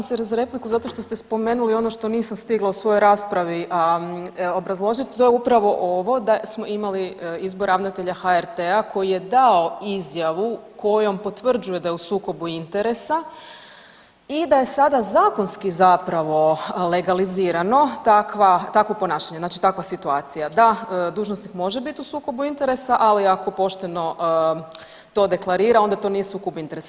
Da, javila sam se za repliku zato što ste spomenuli ono što nisam stigla u svojoj raspravi obrazložiti, a to je upravo ovo da smo imali izbor ravnatelja HRT-a koji je dao izjavu kojom potvrđuje da je u sukobu interesa i da je sada zakonski zapravo legalizirano takvo ponašanje, znači takva situacija da dužnosnik može biti u sukobu interesa ali ako pošteno to deklarira onda to nije sukob interesa.